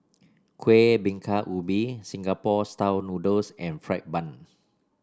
Kueh Bingka Ubi Singapore style noodles and fried bun